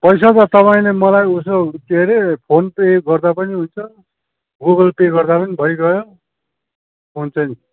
पैसा त तपाईँले मलाई उसो के हरे फोन पे गर्दा पनि हुन्छ गुगल पे गर्दा नि भइगयो हुन्छ नि